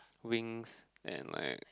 WinX and like